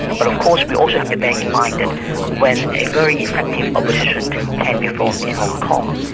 but of course we also have to bear in mind that when a very effective opposition can be formed in hong kong,